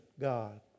God